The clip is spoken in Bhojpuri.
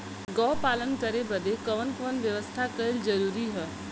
गोपालन करे बदे कवन कवन व्यवस्था कइल जरूरी ह?